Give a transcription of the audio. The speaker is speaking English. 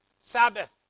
Sabbath